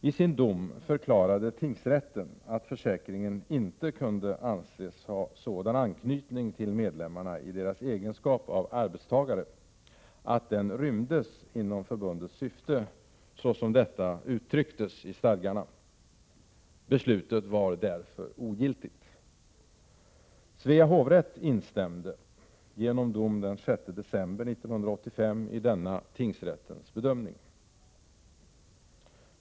I sin dom förklarade tingsrätten att försäkringen inte kunde anses ha sådan anknytning till medlemmarna i deras egenskap av arbetstagare att den rymdes inom förbundets syfte såsom detta uttrycktes i stadgarna. Beslutet var därför ogiltigt. Svea hovrätt instämde genom dom den 6 december 1985 i denna tingsrättens bedömning.